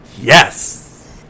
Yes